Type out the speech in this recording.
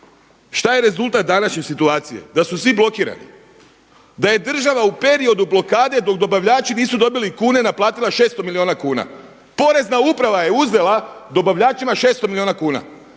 Šta je rezultat današnje situacije? Da su svi blokirani, da je država u periodu blokade dok dobavljači nisu dobili kune naplatila 600 milijuna kuna. Porezna uprava je uzela dobavljačima 600 milijuna kuna.